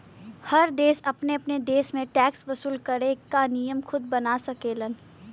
हर देश अपने अपने देश में टैक्स वसूल करे क नियम खुद बना सकेलन